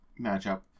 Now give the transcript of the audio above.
matchup